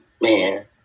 man